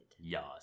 Yes